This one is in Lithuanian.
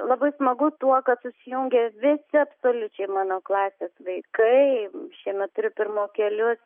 labai smagu tuo kad susijungia visi absoliučiai mano klasės vaikai šiemet turiu pirmokėlius